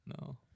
No